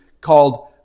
called